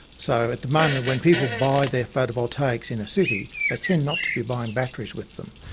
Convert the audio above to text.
so at the moment when people buy their photovoltaics in a city, they tend not to be buying batteries with them.